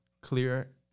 Clear